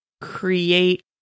create